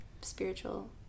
spiritual